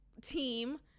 team